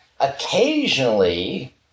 Occasionally